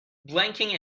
blinking